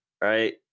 right